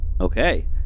Okay